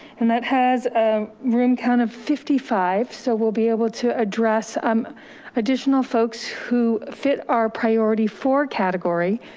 and that has ah room count kind of fifty five. so we'll be able to address um additional folks who fit our priority four category.